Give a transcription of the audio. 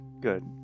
good